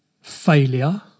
failure